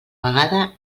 vegada